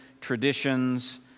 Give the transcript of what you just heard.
traditions